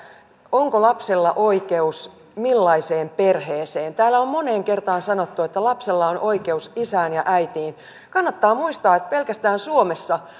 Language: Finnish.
onko lapsella oikeus millaiseen perheeseen täällä on moneen kertaan sanottu että lapsella on oikeus isään ja äitiin kannattaa muistaa että pelkästään suomessa